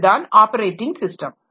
அதுதான் operating system